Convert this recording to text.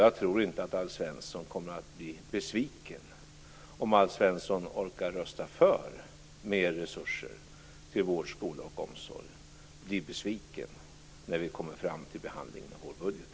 Jag tror inte att Alf Svensson kommer att bli besviken om Alf Svensson orkar rösta för mer resurser till vård, skola och omsorg när vi kommer fram till behandling av vårbudgeten.